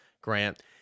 grant